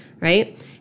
Right